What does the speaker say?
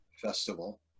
Festival